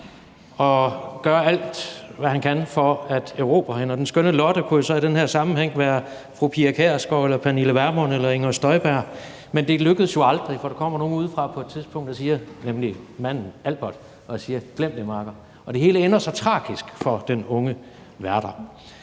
og gør alt, hvad han kan, for at erobre hende. Og den skønne Lotte kunne jo så i den her sammenhæng være fru Pia Kjærsgaard eller fru Pernille Vermund eller fru Inger Støjberg. Men det lykkes jo aldrig, for der kommer nogen udefra på et tidspunkt – nemlig manden Albert – og siger: Glem det, makker. Det hele ender så tragisk for den unge Werther.